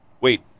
wait